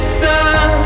sun